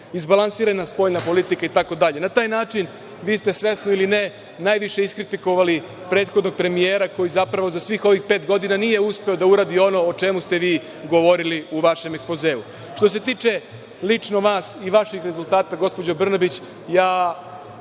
izbalansirana spoljna politika itd. Na taj način vi ste, svesno ili ne, najviše iskritikovali prethodnog premijera, koji zapravo za svih ovih pet godina nije uspeo da uradi ono o čemu ste vi govorili u vašem ekspozeu. Što se tiče lično vas i vaših rezultata, gospođo Brnabić,